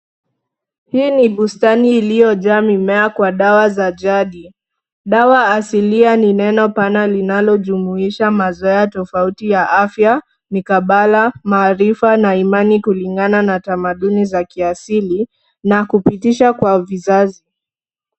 Hii ni bustani iliyojaa mimea kwa dawa za jadi. Dawa asilia ni neno pana linalojumuisha mazoea tofauti ya afya, mikabala maarifa na imani kulingana na tamaduni za kiasili na kupitisha kwa vizazi.